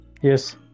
Yes